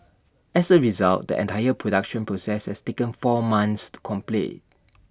as A result the entire production process has taken four months to complete